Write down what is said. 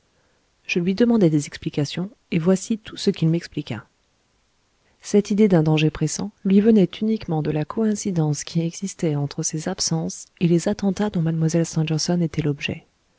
je lui demandai des explications et voici tout ce qu'il m'expliqua cette idée d'un danger pressant lui venait uniquement de la coïncidence qui existait entre ses absences et les attentats dont mlle stangerson était l'objet